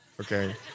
okay